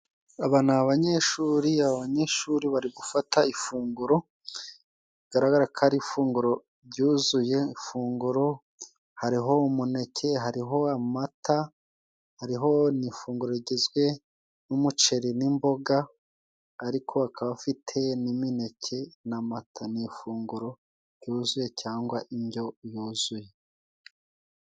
Aba ni abanyeshuri, abanyeshuri bari gufata ifunguro rigaragara ko ari ifunguro jyuzuye ifunguro hariho umuneke, hariho amata hariho n'ifunguro rigizwe n'umuceri n'imboga ariko akaba afite n'imineke na mata ni ifunguro jyuzuye cyangwa injyo yuzuye.